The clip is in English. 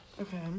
Okay